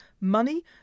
money